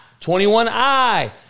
21I